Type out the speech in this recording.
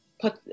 put